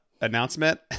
announcement